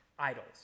idols